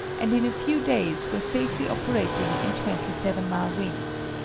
and in a few days were safely operating in twenty seven mile winds.